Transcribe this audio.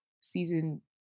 season